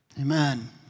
Amen